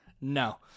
No